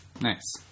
Nice